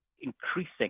increasing